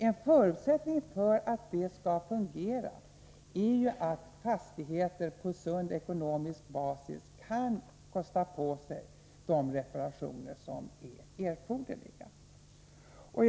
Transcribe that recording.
En förutsättning för att det skall fungera är ju att fastigheter på sund ekonomisk basis kan kostas på de reparationer som är erforderliga.